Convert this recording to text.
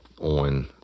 on